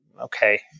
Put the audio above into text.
okay